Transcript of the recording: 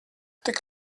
tik